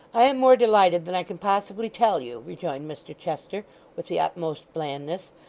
i am more delighted than i can possibly tell you rejoined mr chester with the utmost blandness,